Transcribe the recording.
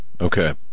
Okay